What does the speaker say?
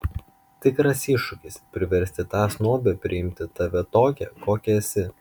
tikras iššūkis priversti tą snobę priimti tave tokią kokia esi